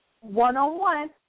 One-on-one